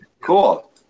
Cool